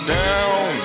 down